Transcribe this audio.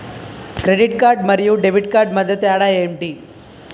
Credit card మరియు debit card మధ్య తేడా ఎంటి?